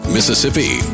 Mississippi